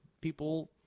people